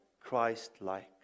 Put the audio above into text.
Christ-like